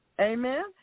Amen